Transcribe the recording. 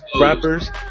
rappers